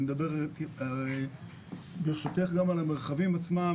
אני מדבר ברשותך, גם על המרחבים עצמם.